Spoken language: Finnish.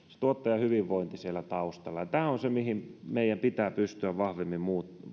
tuottajan hyvinvointi siellä taustalla tämä on se mihin meidän pitää pystyä vahvemmin